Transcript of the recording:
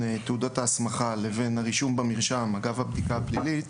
תעודות ההסמכה לבין הרישום במרשם אגב הבדיקה הפלילית